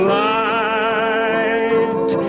light